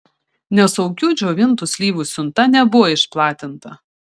nesaugių džiovintų slyvų siunta nebuvo išplatinta